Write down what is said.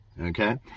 okay